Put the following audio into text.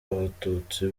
abatutsi